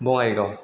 Bongaigaon